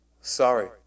sorry